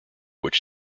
which